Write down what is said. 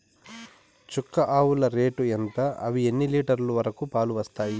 చుక్క ఆవుల రేటు ఎంత? అవి ఎన్ని లీటర్లు వరకు పాలు ఇస్తాయి?